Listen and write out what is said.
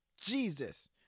Jesus